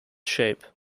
shape